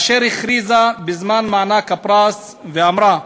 אשר הכריזה בזמן הענקת הפרס ואמרה: